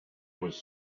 was